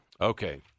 Okay